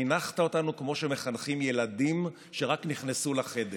חינכת אותנו כמו שמחנכים ילדים שרק נכנסו לחדר.